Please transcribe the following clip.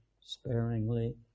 sparingly